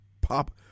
pop